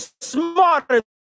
smarter